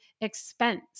expense